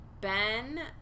Ben